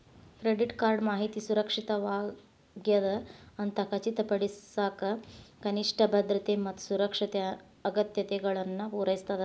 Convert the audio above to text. credit card ಮಾಹಿತಿ ಸುರಕ್ಷಿತವಾಗ್ಯದ ಅಂತ ಖಚಿತಪಡಿಸಕ ಕನಿಷ್ಠ ಭದ್ರತೆ ಮತ್ತ ಸುರಕ್ಷತೆ ಅಗತ್ಯತೆಗಳನ್ನ ಪೂರೈಸ್ತದ